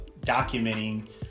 documenting